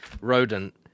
rodent